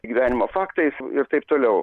gyvenimo faktais ir taip toliau